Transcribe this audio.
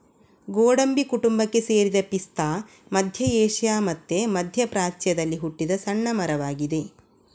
ಗೋಡಂಬಿ ಕುಟುಂಬಕ್ಕೆ ಸೇರಿದ ಪಿಸ್ತಾ ಮಧ್ಯ ಏಷ್ಯಾ ಮತ್ತೆ ಮಧ್ಯ ಪ್ರಾಚ್ಯದಲ್ಲಿ ಹುಟ್ಟಿದ ಸಣ್ಣ ಮರವಾಗಿದೆ